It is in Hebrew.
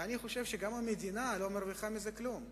ואני חושב שגם המדינה לא מרוויחה מזה כלום.